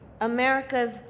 America's